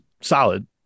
solid